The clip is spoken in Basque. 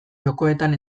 jokoetan